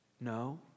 no